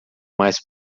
mais